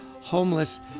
homeless